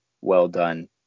well-done